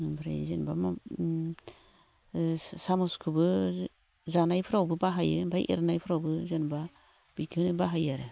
ओमफ्राय जेन'बा ओम सामसखोबो जानायफोरावबो बाहायो आरो एरनायफोरावबो जेन'बा बिखोनो बाहायो आरो